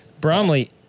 Bromley